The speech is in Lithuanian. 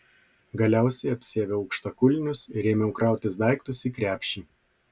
galiausiai apsiaviau aukštakulnius ir ėmiau krautis daiktus į krepšį